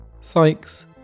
Sykes